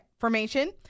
formation